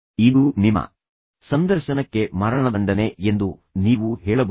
ಇದು ನಿಮ್ಮ ಸಂದರ್ಶನಕ್ಕೆ ಮರಣದಂಡನೆ ಎಂದು ನೀವು ಹೇಳಬಹುದು